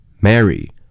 Mary